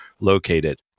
located